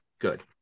Good